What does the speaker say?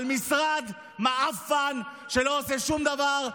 על משרד מעפן שלא עושה שום דבר.